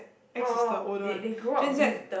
X is the older one Gen-Z